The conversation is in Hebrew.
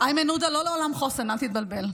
איימן עודה, לא לעולם חוסן, אל תתבלבל.